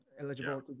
eligible